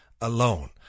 alone